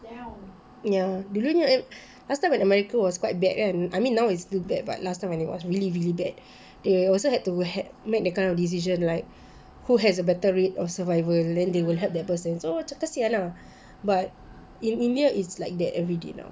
ya during um last time when america was quite bad kan I mean now it's still bad but last time when it was really really bad they also had to had made the kind of decision like who has a better rate of survival then they will help that person so macam kesian ah but in india it's like that every day now